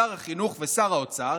שר החינוך ושר האוצר,